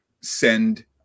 send